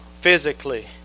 physically